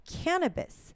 cannabis